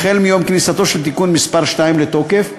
"החל מיום כניסתו של תיקון מס' 2 לתוקף".